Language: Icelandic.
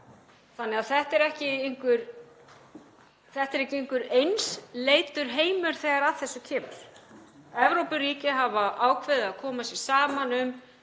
ríkja. Þetta er því ekki einhver einsleitur heimur þegar að þessu kemur. Evrópuríki hafa ákveðið að koma sér saman um